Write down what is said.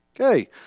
Okay